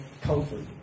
comfort